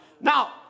Now